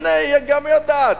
הנה, היא גם יודעת.